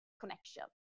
connection